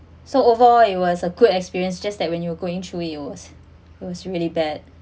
so overall it was a good experience just that when you were going through it was was really bad